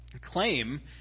Claim